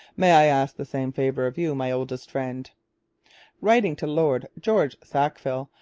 may i ask the same favour of you, my oldest friend writing to lord george sackville,